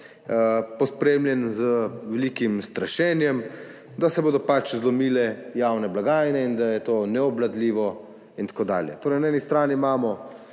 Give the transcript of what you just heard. pospremljen z velikim strašenjem, da se bodo zlomile javne blagajne in da je to neobvladljivo in tako dalje. Torej, na eni strani imamo